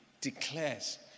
declares